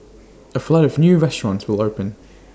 A flood of new restaurants will open